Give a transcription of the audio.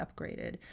upgraded